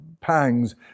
pangs